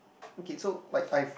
okay so like I've